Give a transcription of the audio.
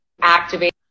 Activate